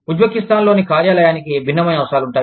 ఉజ్బెకిస్తాన్లోని కార్యాలయానికి భిన్నమైన అవసరాలు ఉంటాయి